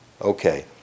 Okay